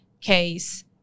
case